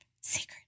secret